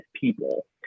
people